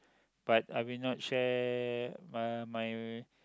but I will not share uh my